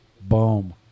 Boom